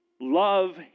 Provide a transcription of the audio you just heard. Love